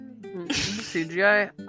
CGI